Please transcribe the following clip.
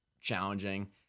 challenging